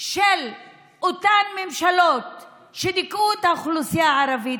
של אותן ממשלות שדיכאו את האוכלוסייה הערבית